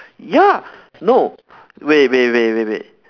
ya no wait wait wait wait wait